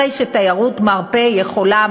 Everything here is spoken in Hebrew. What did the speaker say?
הרי שתיירות מרפא יכולה,